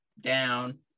down